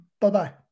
Bye-bye